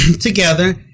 together